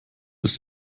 ist